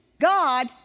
God